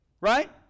Right